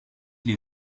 les